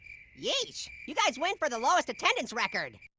yeesh, you guys win for the lowest attendance record.